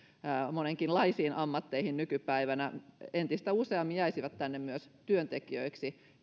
monenkinlaisiin ammatteihin nykypäivänä entistä useammin jäisivät tänne myös työntekijöiksi